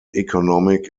economic